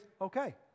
okay